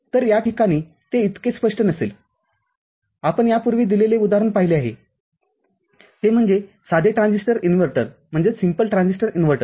तरया ठिकाणी ते इतके स्पष्ट नसेल आपण यापूर्वी दिलेले उदाहरण पाहिले आहे ते म्हणजे साधे ट्रान्झिस्टर इन्व्हर्टर